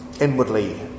inwardly